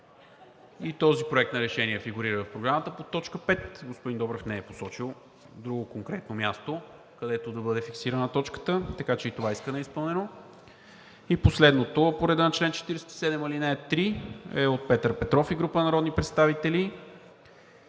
И този проект на решение фигурира в Програмата под точка пет. Господин Добрев не е посочил друго конкретно място, където да бъде фиксирана точката, така че и това искане е изпълнено. Последното по реда на чл. 47, ал. 3 е от Петър Петров и група народни представители